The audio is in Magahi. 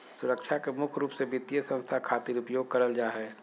सुरक्षा के मुख्य रूप से वित्तीय संस्था खातिर उपयोग करल जा हय